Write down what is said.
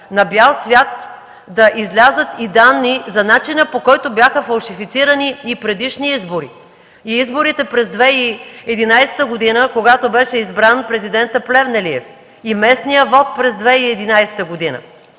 на бял свят да излязат и данни за начина, по който бяха фалшифицирани и предишни избори – и изборите през 2011 г., когато беше избран президентът Плевнелиев, и местният вот през 2011 г.